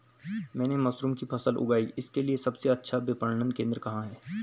मैंने मशरूम की फसल उगाई इसके लिये सबसे अच्छा विपणन केंद्र कहाँ है?